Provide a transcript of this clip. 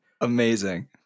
Amazing